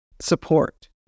support